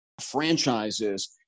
franchises